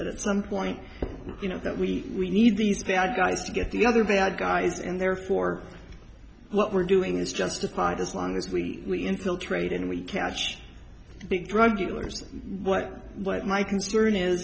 that at some point you know that we need these bad guys to get the other bad guys and therefore what we're doing is justified as long as we infiltrate and we catch big drug dealers what what my concern is